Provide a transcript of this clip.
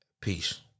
Peace